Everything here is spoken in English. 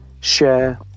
share